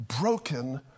broken